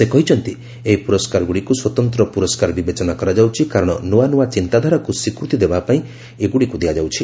ସେ କହିଛନ୍ତି ଏହି ପୁରସ୍କାରଗୁଡ଼ିକୁ ସ୍ୱତନ୍ତ୍ର ପୁରସ୍କାର ବିବେଚନା କରାଯାଉଛି କାରଣ ନୂଆ ନୂଆ ଚିନ୍ତାଧାରାକୁ ସ୍ୱୀକୃତି ଦେବା ପାଇଁ ଏଗୁଡ଼ିକୁ ଦିଆଯାଉଛି